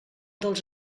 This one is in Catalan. dels